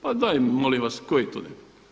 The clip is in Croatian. Pa daj molim vas, koji to ne bi.